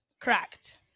correct